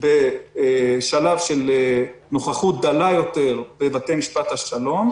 בשלב של נוכחות דלה יותר בבתי משפט השלום,